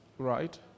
Right